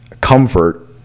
comfort